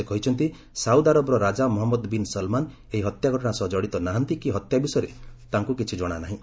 ସେ କହିଛନ୍ତି ସାଉଦ ଆରବର ରାଜା ମହମ୍ମଦ ବିନ୍ ସଲମାନ ଏହି ହତ୍ୟା ଘଟଣା ସହ ଜଡିତ ନାହାନ୍ତି କି ହତ୍ୟା ବିଷୟରେ ତାଙ୍କୁ କିଛି କଶାନାହିଁ